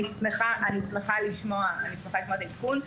אני שמחה לשמוע את העדכון,